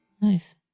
Nice